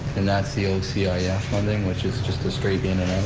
and that's the ocif yeah funding, which is just a straight in and